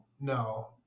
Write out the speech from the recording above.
no